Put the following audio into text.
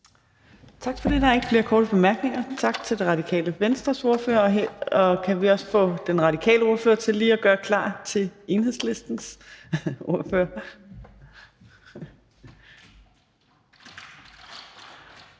Tak for det. Der er ikke flere korte bemærkninger. Tak til Radikale Venstres ordfører, og kan vi også få den radikale ordfører til lige at gøre klar til Enhedslistens ordfører?